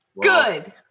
Good